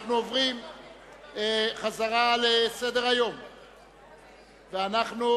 אנחנו עוברים חזרה לסדר-היום ואנחנו